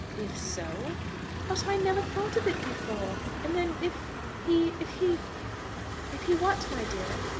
if so but i never thought of it before and then, if he if he if he what, my dear?